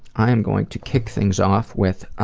i'm going to kick things off with